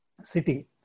city